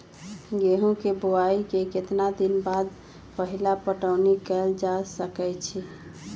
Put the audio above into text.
गेंहू के बोआई के केतना दिन बाद पहिला पटौनी कैल जा सकैछि?